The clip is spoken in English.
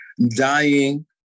dying